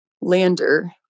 Lander